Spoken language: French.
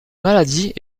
maladie